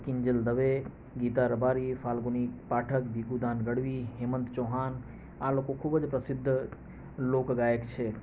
કિંજલ દવે ગીતા રબારી ફાલ્ગુની પાઠક ભીખુદાન ગઢવી હેમંત ચૌહાણ આ લોકો ખૂબ જ પ્રસિદ્ધ લોકગાયક છે